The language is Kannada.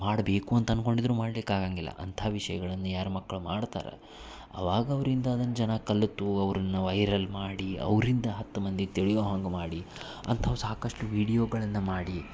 ಮಾಡಬೇಕು ಅಂತ ಅನ್ಕೊಂಡಿದ್ದರೂ ಮಾಡ್ಲಿಕ್ಕೆ ಆಗಂಗಿಲ್ಲ ಅಂಥ ವಿಷಯಗಳನ್ನು ಯಾರ ಮಕ್ಳು ಮಾಡ್ತಾರ ಆವಾಗ ಅವರಿಂದ ಅದನ್ನು ಜನ ಕಲಿತು ಅವರನ್ನ ವೈರಲ್ ಮಾಡಿ ಅವರಿಂದ ಹತ್ತು ಮಂದಿ ತಿಳಿಯೊ ಹಂಗೆ ಮಾಡಿ ಅಂಥವು ಸಾಕಷ್ಟು ವೀಡಿಯೋಗಳನ್ನು ಮಾಡಿ